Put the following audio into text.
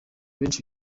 benshi